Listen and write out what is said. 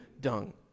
dung